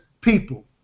people